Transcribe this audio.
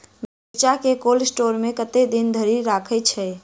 मिर्चा केँ cold store मे कतेक दिन धरि राखल छैय?